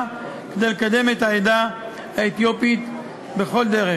כדי לקדם את העדה האתיופית בכל דרך.